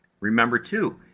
remember too,